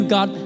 God